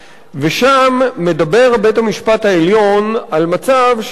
ושם מדבר בית-המשפט העליון על מצב שבו